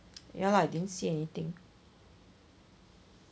ya lah I didn't see anything